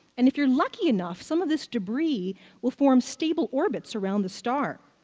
and if you're lucky enough, some of this debris will form stable orbits around the star.